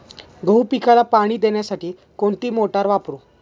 गहू पिकाला पाणी देण्यासाठी कोणती मोटार वापरू?